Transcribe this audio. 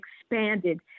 expanded